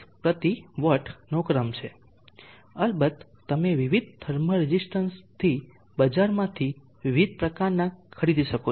1oCW નો ક્રમ છે અલબત્ત તમે વિવિધ થર્મલ રેઝીસ્ટન્સથી બજારમાંથી વિવિધ પ્રકારનાં ખરીદી શકો છો